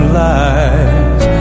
lies